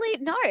no